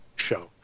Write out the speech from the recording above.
show